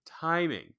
timing